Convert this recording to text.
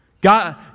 God